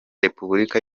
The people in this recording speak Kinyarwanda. repubulika